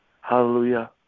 hallelujah